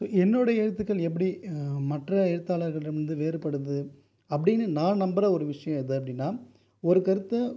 என்னுடைய எழுத்துக்கள் எப்படி மற்ற எழுத்தாளர்களிடமிருந்து வேறுபடுது அப்படின்னு நான் நம்புகிற ஒரு விஷயம் எது அப்படின்னால் ஒரு கருத்தை